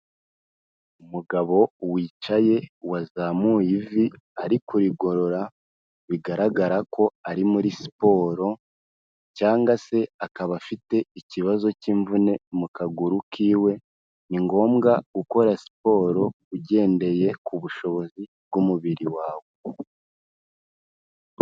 Umugabo wicaye, wazamuye ivi ari kurigorora, bigaragara ko ari muri siporo cyangwa se akaba afite ikibazo cy'imvune mu kaguru kiwe, ni ngombwa gukora siporo ugendeye ku bushobozi bw'umubiri wawe.